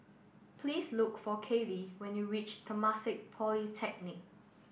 please look for Kallie when you reach Temasek Polytechnic